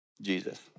Jesus